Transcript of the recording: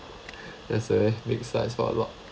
that's a big size for a lot